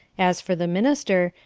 as for the minister,